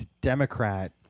Democrat